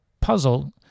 puzzle